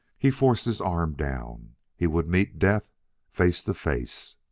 he forced his arm down he would meet death face to face.